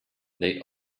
they